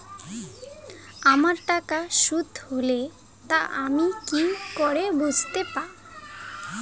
আমার টাকা শোধ হলে তা আমি কি করে বুঝতে পা?